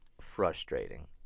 frustrating